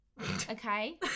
okay